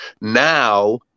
now